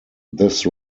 this